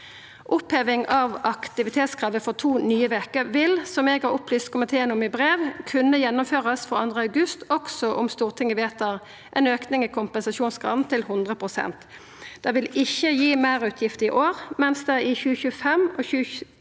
Oppheving av aktivitetskravet for to nye veker vil, som eg har opplyst komiteen om i brev, kunna gjennomførast frå 2. august, også om Stortinget vedtar ein auke i kompensasjonsgraden til 100 pst. Det vil ikkje gi meirutgifter i år, mens det i 2025 og 2026